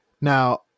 Now